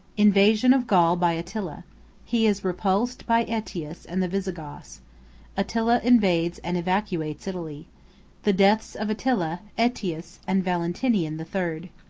invasion of gaul by attila he is repulsed by aetius and the visigoths attila invades and evacuates italy the deaths of attila, aetius, and valentinian the third.